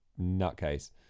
nutcase